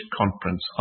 conference